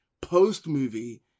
post-movie